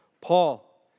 Paul